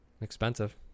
Expensive